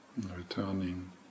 Returning